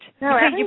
No